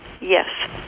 Yes